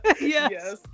Yes